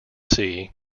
sea